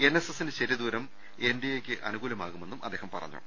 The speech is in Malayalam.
എൻ എസ് എസിന്റെ ശരിദൂരം എൻ ഡി എയ്ക്ക് അനു കൂലമാകുമെന്നും അദ്ദേഹം പറഞ്ഞു